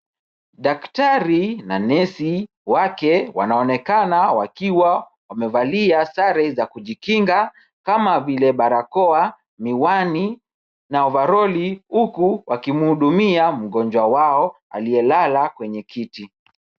Daktari na nesi wake wanaonekana wakiwa wamevalia sare za kujikinga kama vile barakoa , miwani na ovaroli huku wakimhudumia mgonjwa wao aliyelala kwenye kiti.